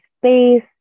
space